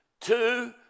Two